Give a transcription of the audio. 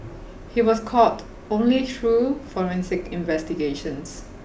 he was caught only through Forensic Investigations